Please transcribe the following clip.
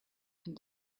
and